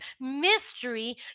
mystery